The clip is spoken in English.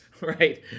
right